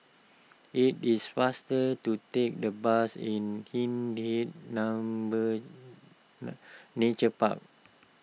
it is faster to take the bus in Hindhede Number Nature Park